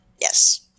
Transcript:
Yes